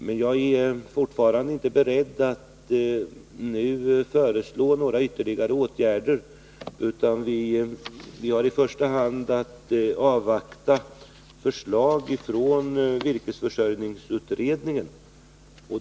Men jag är fortfarande inte beredd att nu föreslå några ytterligare åtgärder, utan vi har i första hand att avvakta förslag från virkesförsörjningsutredningen.